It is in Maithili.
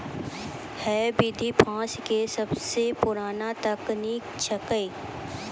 है विधि फ्रांस के सबसो पुरानो तकनीक छेकै